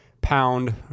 pound